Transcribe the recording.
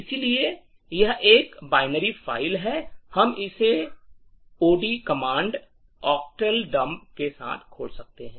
इसलिए यह एक बाइनरी फाइल है हम इसे ओडी कमांड अष्टक गूंगा od command के साथ खोल सकते हैं